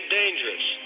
dangerous